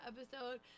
episode